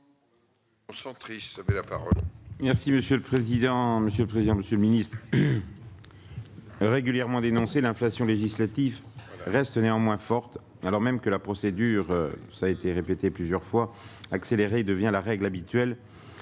Merci monsieur le président, monsieur le président, Monsieur le Ministre, régulièrement dénoncé l'inflation législative reste néanmoins forte alors même que la procédure, ça a été répété plusieurs fois accélérer devient la règle habituelle